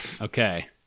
Okay